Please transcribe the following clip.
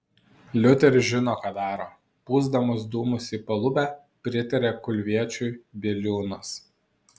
liuteris žino ką daro pūsdamas dūmus į palubę pritarė kulviečiui bieliūnas